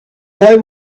boy